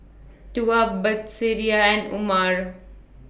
Tuah Batrisya and Umar